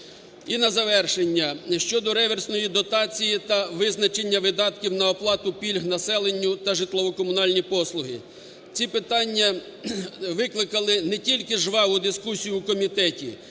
І на завершення: щодо реверсної дотації та визначення видатків на оплату пільг населенню та житлово-комунальні послуги, ці питання викликали не тільки жваву дискусію у комітеті,